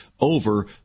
over